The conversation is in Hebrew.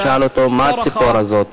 ושאל אותו: מה הציפור הזאת?